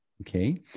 okay